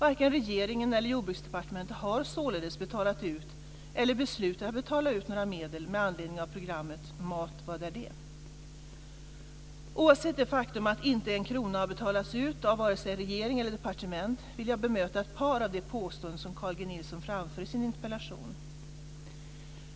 Varken regeringen eller Jordbruksdepartementet har således betalat ut eller beslutat att betala ut några medel med anledning av programmet Mat - vad är det? Oavsett det faktum att inte en krona har betalats ut av vare sig regering eller departement vill jag bemöta ett par av de påståenden som Carl G Nilsson framför i sin interpellation.